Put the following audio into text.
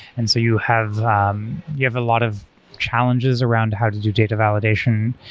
and so you have um you have a lot of challenges around how to do data validation,